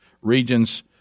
regions